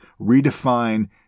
redefine